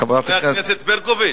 חברת הכנסת ברקוביץ.